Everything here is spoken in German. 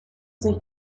sich